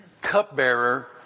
Cupbearer